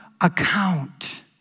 account